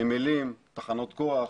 נמלים, תחנות כוח,